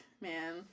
man